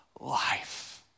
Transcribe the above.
life